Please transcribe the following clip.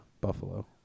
Buffalo